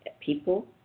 people